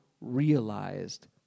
realized